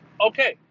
okay